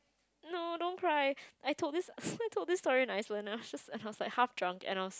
no don't cry I thought this I thought this very nice one lah half drunk and I was